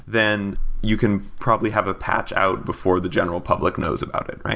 then you can probably have a patch out before the general public knows about it,